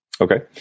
Okay